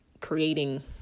creating